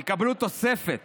יקבלו תוספת